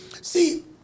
see